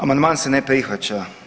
Amandman se ne prihvaća.